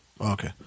Okay